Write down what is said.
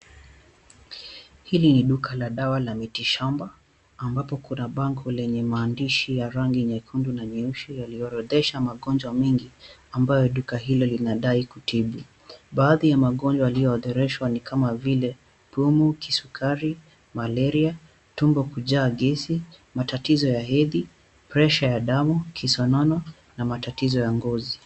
Hili ni duka la dawa la miti shamba ambapo kuna bango lenye maandishi ya rangi nyekundu na nyeusi yaliyoorodhesha magonjwa mingi ambayo duka hilo linadai kutibu. Baadhi ya magonjwa yaliyoorodheshwa ni kama vile, Pumu, Kisukari, Malaria, Tumbo kujaa gezi, Matatizo ya hedhi, Pressure ya damu, Kisonono na matatizo ya ngozi.